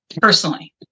personally